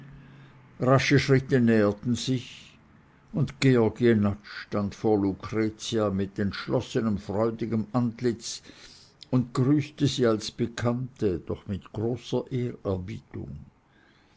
rasche schritte näherten sich und georg jenatsch stand vor lucretia mit entschlossenem freudigen antlitze und grüßte sie als bekannte doch mit großer